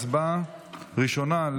הצבעה ראשונה,